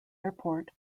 airport